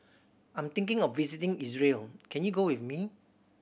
I'm thinking of visiting Israel can you go with me